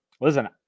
Listen